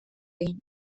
egin